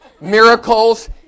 Miracles